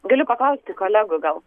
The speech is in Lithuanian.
galiu paklausti kolegų gal